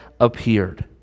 appeared